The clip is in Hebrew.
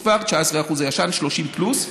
פעם זה היה 19%, עכשיו זה 30% פלוס.